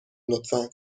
لطفا